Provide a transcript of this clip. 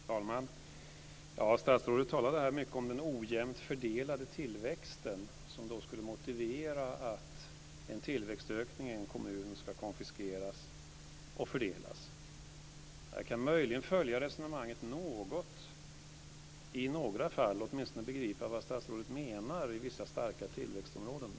Fru talman! Statsrådet talade mycket om den ojämnt fördelade tillväxten, som skulle motivera att en tillväxtökning i en kommun ska konfiskeras och fördelas. Jag kan möjligen följa resonemanget något i några fall - åtminstone kan jag begripa vad statsrådet menar när det gäller vissa starka tillväxtområden.